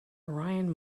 orion